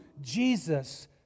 Jesus